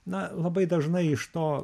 na labai dažnai iš to